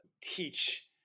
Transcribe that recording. teach